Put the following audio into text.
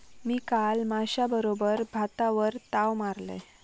मी काल माश्याबरोबर भातावर ताव मारलंय